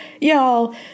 y'all